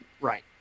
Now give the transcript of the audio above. Right